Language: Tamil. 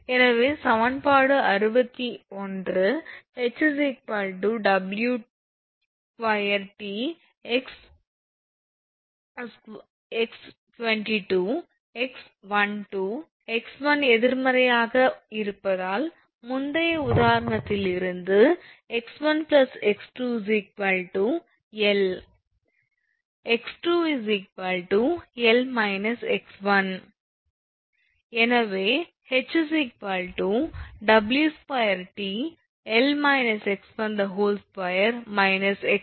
எனவே சமன்பாடு 61 ℎ 𝑊2𝑇 𝑥22 𝑥12 𝑥1 எதிர்மறையாக இருப்பதால் முந்தைய உதாரணத்திலிருந்து x1𝑥2𝐿 𝑥2𝐿 𝑥1 எனவே ℎ𝑊2𝑇𝐿−𝑥12−𝑥12𝑊𝐿2𝑇𝐿−2𝑥1